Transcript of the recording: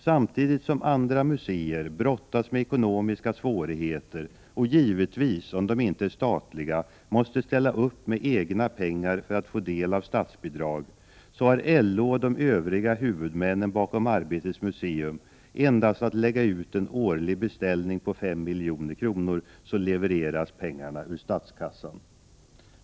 Samtidigt som andra museer brottas med ekonomiska svårigheter och givetvis, om de inte är statliga, måste ställa upp med egna pengar för att få del av statsbidrag, så har LO och de övriga huvudmännen bakom Arbetets museum endast att lägga ut en årlig beställning på 5 milj.kr. så levereras pengarna ur statskassan.